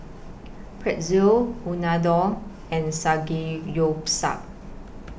Pretzel Unadon and Samgeyopsal